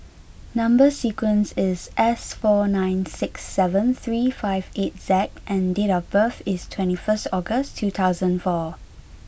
number sequence is S four nine six seven three five eight Z and date of birth is twenty first August two thousand and four